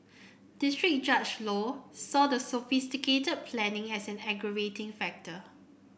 district Judge Low saw the sophisticated planning as an aggravating factor